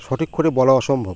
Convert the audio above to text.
সঠিক করে বলা অসম্ভব